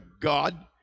God